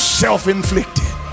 self-inflicted